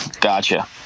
Gotcha